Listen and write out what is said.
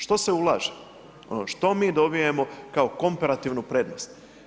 Što se ulaže, što mi dobijemo kao komparativnu prednost?